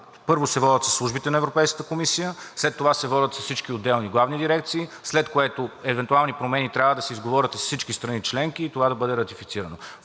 първо се водят със службите на Европейската комисия, след това се водят с всички отделни главни дирекции, след което евентуални промени трябва да се изговорят и с всички страни членки и това да бъде ратифицирано.